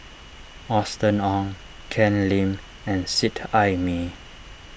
Austen Ong Ken Lim and Seet Ai Mee